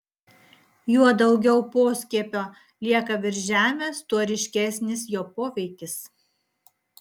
juo daugiau poskiepio lieka virš žemės tuo ryškesnis jo poveikis